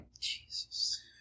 Jesus